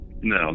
No